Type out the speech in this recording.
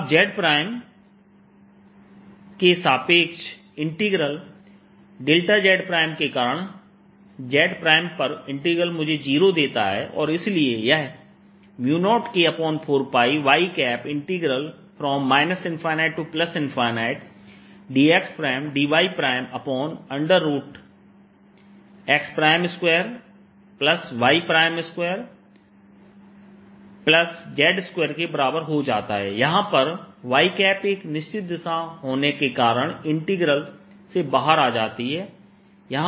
अब z सापेक्ष के इंटीग्रल z के कारण z पर इंटीग्रल मुझे जीरो देता है और इसलिए यह 0K4πy∬ ∞dxdyx2y2z2 के बराबर हो जाता है यहां पर y एक निश्चित दिशा होने के कारण इंटीग्रल से बाहर आ जाती है